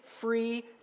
free